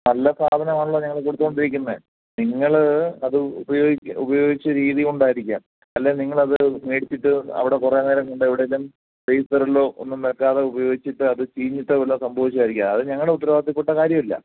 നല്ല സാധനമാണല്ലോ ഞങ്ങൾ കൊടുത്തോണ്ടിരിക്കുന്നത് നിങ്ങൾ അത് ഉപയോഗിച്ച് ഉപയോഗിച്ച് രീതികൊണ്ടായിരിക്കാം അല്ലേൽ നിങ്ങളത് മേടിച്ചിട്ട് അവിടെ കുറെ നേരം കൊണ്ടെവിടെലും ഫ്രീസറിലോ ഒന്നും വെക്കാതെ ഉപയോഗിച്ചിട്ട് അത് ചീഞ്ഞിട്ട് വല്ലോം സംഭവിച്ചതായിരിക്കാം അത് ഞങ്ങളുടെ ഉത്തരവാദിത്തത്തിൽപ്പെട്ട കാര്യമല്ല